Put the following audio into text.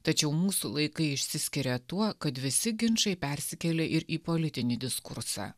tačiau mūsų laikai išsiskiria tuo kad visi ginčai persikėlė ir į politinį diskursą